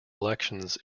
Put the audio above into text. elections